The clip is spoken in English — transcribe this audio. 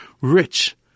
rich